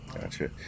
Gotcha